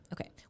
okay